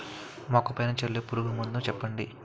మొక్క పైన చల్లే పురుగు మందులు చెప్పండి?